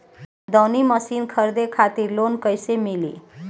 दऊनी मशीन खरीदे खातिर लोन कइसे मिली?